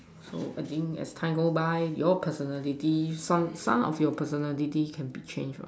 so I think as time go by your personality some of your personality can be change what